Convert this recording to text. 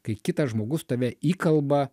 kai kitas žmogus tave įkalba